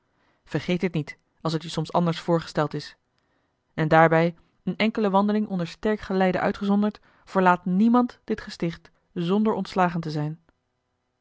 vergeet dit niet als het je soms anders voorgesteld is en daarbij eene enkele wandeling onder sterk geleide uitgezonderd verlaat niemand dit gesticht zonder ontslagen te zijn